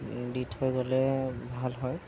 দি থৈ গ'লে দি থৈ গ'লে ভাল হয়